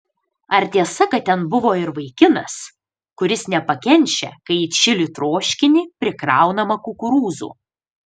ar tiesa kad ten buvo ir vaikinas kuris nepakenčia kai į čili troškinį prikraunama kukurūzų